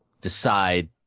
decide